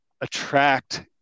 attract